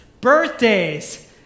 birthdays